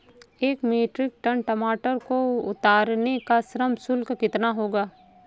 एक metric ton टमाटर को उतारने का श्रम शुल्क कितना होगा?